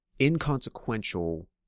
inconsequential